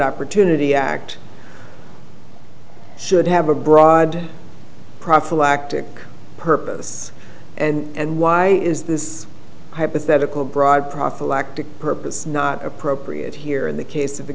opportunity act should have a broad prophylactic purpose and why is this hypothetical broad prophylactic purpose not appropriate here in the case of a